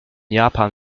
japan